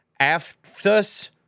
aphthous